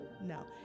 No